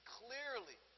clearly